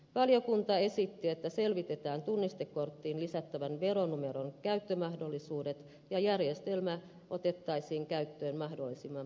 valiokunta esitti että selvitetään tunnistekorttiin lisättävän veronumeron käyttömahdollisuudet ja että järjestelmä otettaisiin käyttöön mahdollisimman pikaisesti